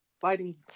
fighting